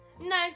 No